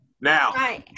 Now